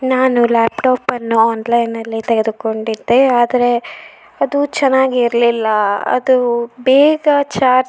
ನಾನು ಲ್ಯಾಪ್ಟಾಪನ್ನು ಆನ್ಲೈನಲ್ಲಿ ತೆಗೆದುಕೊಂಡಿದ್ದೆ ಆದರೆ ಅದು ಚೆನ್ನಾಗಿರ್ಲಿಲ್ಲ ಅದು ಬೇಗ ಚಾರ್ಜ್